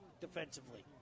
defensively